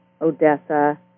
Odessa